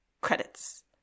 credits